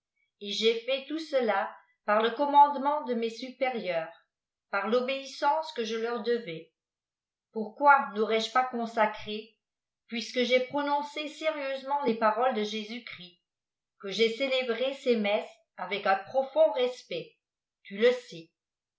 et j'ai fait tout cela par le commandement de mes supérieurs par l'obéissance que je leur devais pourquoi n'aurais-je pas consacré puisque j'ai prononcé sérieusement les paroles de jésus-christ que j'ai célébré ces messes avec un profond respect tu le sais